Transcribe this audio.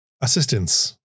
Assistance